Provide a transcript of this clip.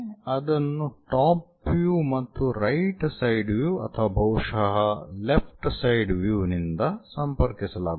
ಅದನ್ನು top view ಮತ್ತು right side view ಅಥವಾ ಬಹುಶಃ ಲೆಫ್ಟ್ ಸೈಡ್ ವ್ಯೂ ನಿಂದ ಸಂಪರ್ಕಿಸಲಾಗುತ್ತದೆ